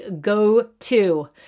go-to